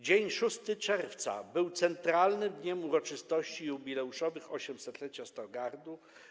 Dzień 6 czerwca był centralnym dniem uroczystości jubileuszowych 800-lecia Starogardu.